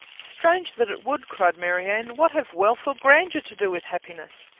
strange that it would! cried marianne. what have wealth or grandeur to do with happiness?